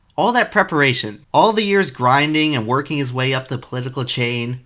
all that preparation, all the years grinding and working his way up the political chain,